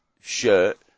shirt